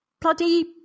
bloody